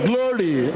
Glory